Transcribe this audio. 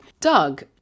Doug